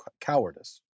cowardice